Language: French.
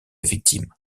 victime